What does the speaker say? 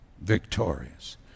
victorious